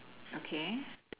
okay